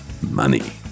Money